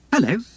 Hello